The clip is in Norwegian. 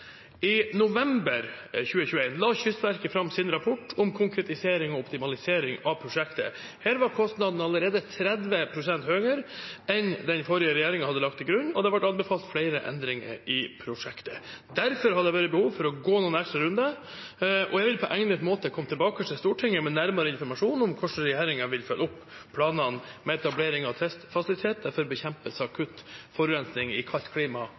I november 2021 la Kystverket fram sin rapport om konkretisering og optimalisering av prosjektet. Her var kostnadene allerede 30 pst. høyere enn den forrige regjeringen hadde lagt til grunn, og det ble anbefalt flere endringer i prosjektet. Derfor har det vært behov for å gå noen ekstra runder, og jeg vil på egnet måte komme tilbake til Stortinget med nærmere informasjon om hvordan regjeringen vil følge opp planene med etablering av testfasiliteter for bekjempelse av akutt forurensning i kaldt klima